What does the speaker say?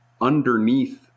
underneath